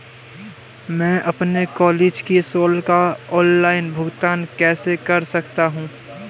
मैं अपने कॉलेज की शुल्क का ऑनलाइन भुगतान कैसे कर सकता हूँ?